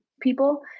people